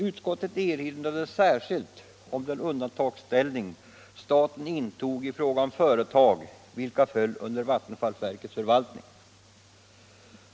Utskottet erinrade särskilt om den undantagsställning som staten intog i fråga om företag vilka föll under vattenfallsverkets förvaltning.